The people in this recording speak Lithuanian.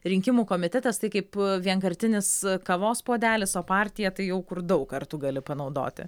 rinkimų komitetas tai kaip vienkartinis kavos puodelis o partija tai jau kur daug kartų gali panaudoti